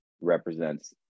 represents